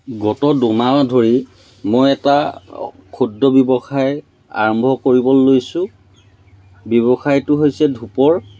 গত দুমাহ ধৰি মই এটা ক্ষুদ্ৰ ব্যৱসায় আৰম্ভ কৰিবলৈ লৈছোঁ ব্যৱসায়টো হৈছে ধূপৰ